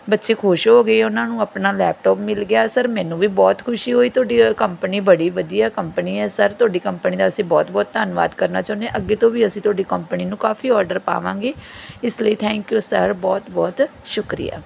ਬੱਚੇ ਖੁਸ਼ ਹੋ ਗਏ ਉਹਨਾਂ ਨੂੰ ਆਪਣਾ ਲੈਪਟਾਪ ਮਿਲ ਗਿਆ ਸਰ ਮੈਨੂੰ ਵੀ ਬਹੁਤ ਖੁਸ਼ੀ ਹੋਈ ਤੁਹਾਡੀ ਕੰਪਨੀ ਬੜੀ ਵਧੀਆ ਕੰਪਨੀ ਹੈ ਸਰ ਤੁਹਾਡੀ ਕੰਪਨੀ ਦਾ ਅਸੀਂ ਬਹੁਤ ਬਹੁਤ ਧੰਨਵਾਦ ਕਰਨਾ ਚਾਹੁੰਦੇ ਹਾਂ ਅੱਗੇ ਤੋਂ ਵੀ ਅਸੀਂ ਤੁਹਾਡੀ ਕੰਪਨੀ ਨੂੰ ਕਾਫੀ ਔਰਡਰ ਪਾਵਾਂਗੇ ਇਸ ਲਈ ਥੈਂਕ ਯੂ ਸਰ ਬਹੁਤ ਬਹੁਤ ਸ਼ੁਕਰੀਆ